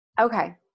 Okay